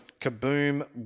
Kaboom